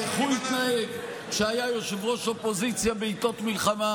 איך הוא התנהג כשהיה ראש אופוזיציה בעיתות מלחמה.